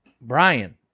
Brian